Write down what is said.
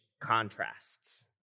contrasts